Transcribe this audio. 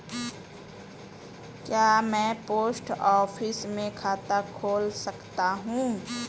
क्या मैं post office में खाता खोल सकता हूँ?